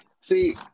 See